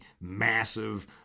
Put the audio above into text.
massive